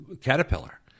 caterpillar